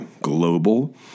Global